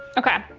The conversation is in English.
okay.